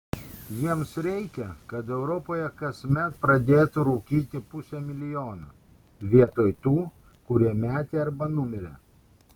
jiems reikia kad europoje kasmet pradėtų rūkyti pusė milijono vietoj tų kurie metė arba numirė